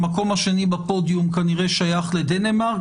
המקום השני בפודיום כנראה שייך לדנמרק,